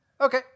Okay